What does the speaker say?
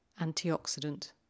antioxidant